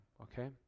Okay